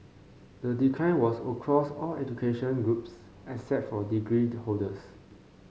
the decline was across all education groups except for degree holders